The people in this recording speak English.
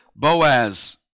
Boaz